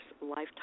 lifetime